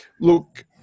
look